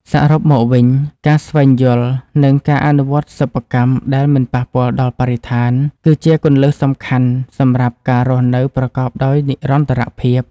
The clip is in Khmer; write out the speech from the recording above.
សរុបមកវិញ ការស្វែងយល់ និង ការអនុវត្តសិប្បកម្មដែលមិនប៉ះពាល់ដល់បរិស្ថាន គឺជាគន្លឹះសំខាន់សម្រាប់ការរស់នៅប្រកបដោយនិរន្តរភាព។